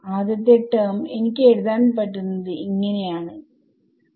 ആദ്യത്തെ ടെർമ് എനിക്ക് എഴുതാൻ പറ്റുന്നത് ഇങ്ങനെ ആണ്